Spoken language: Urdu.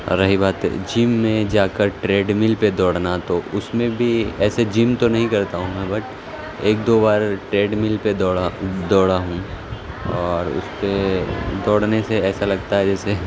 اور رہی بات جم میں جا کر ٹریڈ مل پہ دوڑنا تو اس میں بھی ایسے جم تو نہیں کرتا ہوں میں بٹ ایک دو بار ٹریڈ مل پہ دوڑا دوڑا ہوں اور اس پہ دوڑنے سے ایسا لگتا ہے جیسے